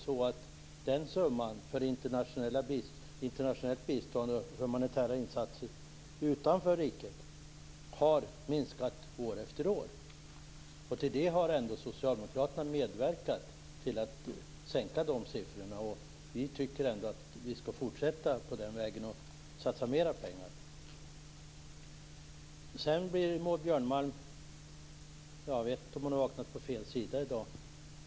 Summan för internationellt bistånd och humanitära insatser utanför riket har minskat år efter år. Socialdemokraterna har medverkat till denna sänkning av siffrorna. Vi vill fortsätta att satsa mera pengar. Jag vet inte om Maud Björnemalm har vaknat på fel sida i dag.